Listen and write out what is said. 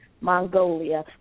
mongolia